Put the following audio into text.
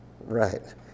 right